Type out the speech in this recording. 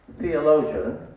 theologian